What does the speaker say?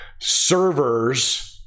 servers